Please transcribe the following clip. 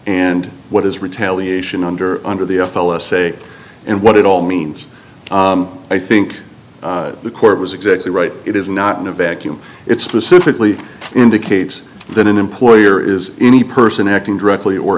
and what is retaliation under under the f l us a and what it all means i think the court was exactly right it is not in a vacuum it specifically indicates that an employer is any person acting directly or